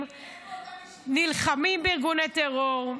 ------- נלחמים בארגוני טרור.